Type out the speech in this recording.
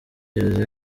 gereza